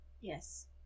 Yes